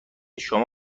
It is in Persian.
شما